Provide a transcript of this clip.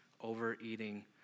overeating